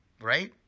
right